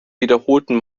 wiederholten